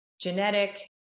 genetic